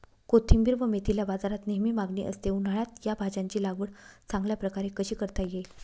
कोथिंबिर व मेथीला बाजारात नेहमी मागणी असते, उन्हाळ्यात या भाज्यांची लागवड चांगल्या प्रकारे कशी करता येईल?